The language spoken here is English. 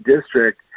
district